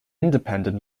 independent